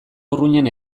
urruñan